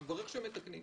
אני מברך שמתקנים,